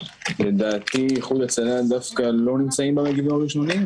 לדעתי איחוד הצלה דווקא לא נמצאים במגיבים הראשונים,